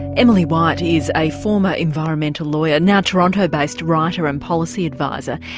emily white is a former environmental lawyer now toronto based writer and policy adviser.